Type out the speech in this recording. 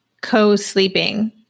co-sleeping